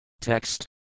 Text